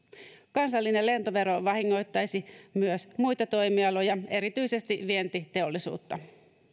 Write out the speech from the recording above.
kansallinen lentovero vahingoittaisi myös muita toimialoja erityisesti vientiteollisuutta